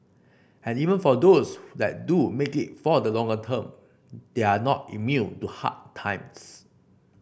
and even for those that do make it for the longer term they are not immune to hard times